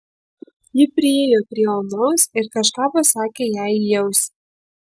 ji priėjo prie onos ir kažką pasakė jai į ausį